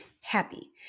happy